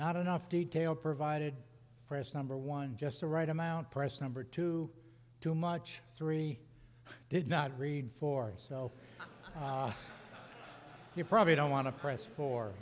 not enough detail provided press number one just the right amount press number two too much three did not read for you so you probably don't want to press for